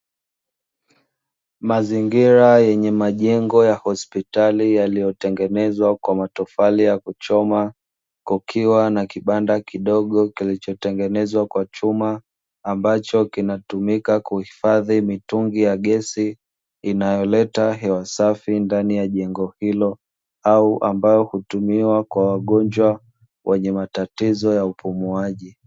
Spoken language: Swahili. Mazingira yenye majengo ya hospitali yaliyotengenezwa kwa matofali ya kuchoma, kukiwa na kibanda kidogo kilichotengenezwa kwa chuma; ambacho kinatumika kuhifadhi mitungi ya gesi, inayoleta hewa safi ndani ya jengo hilo au ambayo hutumiwa kwa wagonjwa wenye matatizo ya upumuaji.